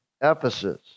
Ephesus